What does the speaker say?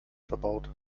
verbaut